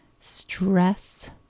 stress